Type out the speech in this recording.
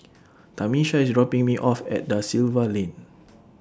Tamisha IS dropping Me off At DA Silva Lane